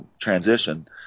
transition